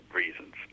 reasons